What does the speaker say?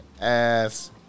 ass